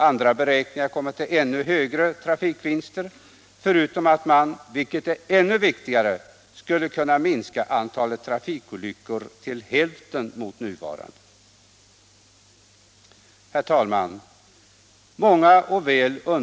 Andra beräkningar kommer till ännu högre trafikvinster, förutom att man — vilket är ännu viktigare — skulle kunna minska antalet trafikolyckor till hälften.